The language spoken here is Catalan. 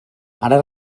ara